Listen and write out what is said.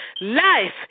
Life